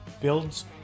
builds